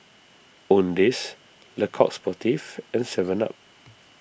Owndays Le Coq Sportif and Seven Up